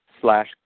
slash